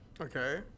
Okay